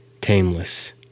Tameless